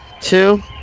Two